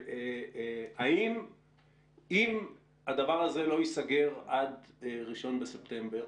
אם הדבר הזה לא ייסגר עד 1 בספטמבר,